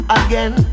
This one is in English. again